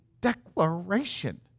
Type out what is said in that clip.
declaration